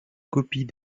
copies